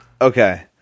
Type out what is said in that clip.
Okay